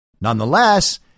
Nonetheless